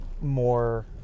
more